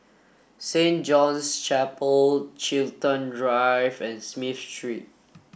Saint John's Chapel Chiltern Drive and Smith Street